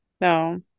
No